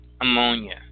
ammonia